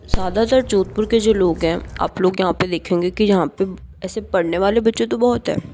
ज़्यादातर जोधपुर के जो लोग हैं आप लोग यहाँ पे देखेंगे की यहाँ पे ऐसे पढ़ने वाले बच्चे तो बहुत हैं